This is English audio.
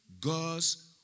God's